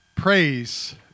Praise